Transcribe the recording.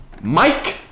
Mike